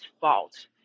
fault